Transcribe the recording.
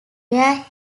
where